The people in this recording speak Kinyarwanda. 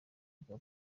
bwa